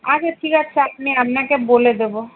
আচ্ছা ঠিক আছে আপনি আপনাকে বলে দেবো